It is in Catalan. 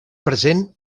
present